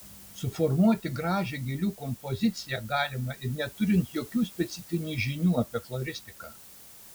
suformuoti gražią gėlių kompoziciją galima ir neturint jokių specifinių žinių apie floristiką